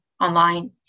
online